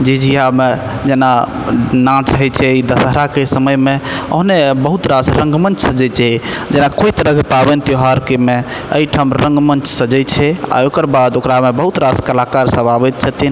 झिझियामे जेना नाच होइ छै ई दशहराके समयमे ओहने बहुत रास रंगमंच सजै छै जेना कोइ तरहके पावनि त्यौहारमे एहि ठाम रंगमंच सजै छै आ ओकरबाद ओकरामे बहुत रास कलाकार सब आबै छथिन